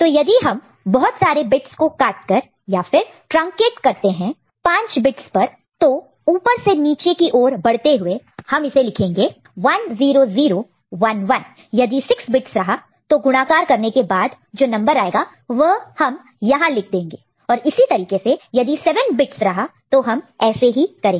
तो यदि हम बहुत सारे बिट्स को ट्रांकेट करते हैं 5 बिट्स पर तो ऊपर से नीचे की ओर बढ़ते हुए हम इसे लिखेंगे 10011 यदि 6 बिट्स रहा तो गुणाकार मल्टीप्लिकेशन multiplication करने के बाद जो नंबर आएगा वह हम यहां लिख देंगे और इसी तरीके से यदि 7 बिट्स रहा तो हम ऐसे ही करेंगे